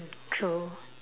true